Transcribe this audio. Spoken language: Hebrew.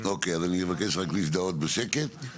אוקיי, אז אני אבקש רק להזדהות בשקט.